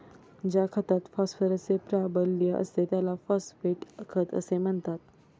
ज्या खतात फॉस्फरसचे प्राबल्य असते त्याला फॉस्फेट खत असे म्हणतात